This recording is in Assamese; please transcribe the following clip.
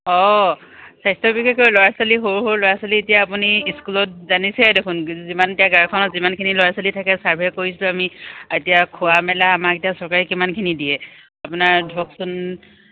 অঁ স্বাস্থ্য বিশেষকৈ ল'ৰা ছোৱালী সৰু সৰু ল'ৰা ছোৱালী এতিয়া আপুনি স্কুলত জানিছেই দেখোন যিমান এতিয়া গাঁওখনত যিমানখিনি ল'ৰা ছোৱালী থাকে চাৰ্ভে কৰিছোঁ আমি এতিয়া খোৱা মেলা আমাক এতিয়া চৰকাৰে কিমানখিনি দিয়ে আপোনাৰ ধৰকচোন